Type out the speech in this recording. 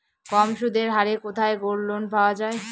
কম সুদের হারে কোথায় গোল্ডলোন পাওয়া য়ায়?